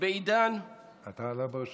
אתה לא ברשימה.